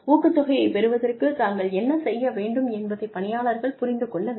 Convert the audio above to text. ஊக்கத்தொகையைப் பெறுவதற்கு தாங்கள் என்ன செய்ய வேண்டும் என்பதை பணியாளர்கள் புரிந்து கொள்ள வேண்டும்